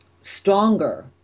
stronger